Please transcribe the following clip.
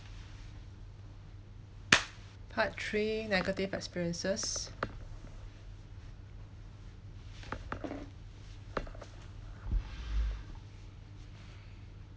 part three negative experiences